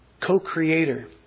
Co-creator